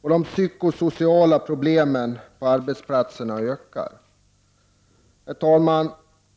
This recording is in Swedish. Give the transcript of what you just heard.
De psykosociala problemen på arbetsplatserna ökar. Herr talman!